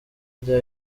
rya